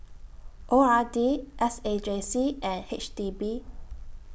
O R D S A J C and H D B